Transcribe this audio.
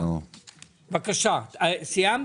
בבקשה, סיימת?